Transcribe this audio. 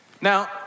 now